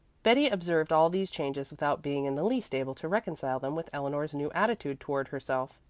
betty observed all these changes without being in the least able to reconcile them with eleanor's new attitude toward herself.